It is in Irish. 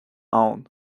ann